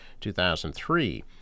2003